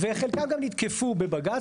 וחלקם גם נתקפו בבג"ץ.